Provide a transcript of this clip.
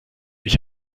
ich